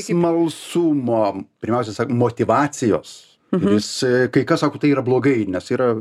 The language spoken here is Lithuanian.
smalsumo pirmiausia sakom motyvacijos jis kai kas sako tai yra blogai nes yra